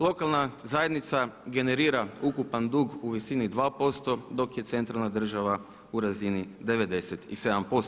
Lokalna zajednica generira ukupan dug u visini 2% dok je centralna država u razini 97%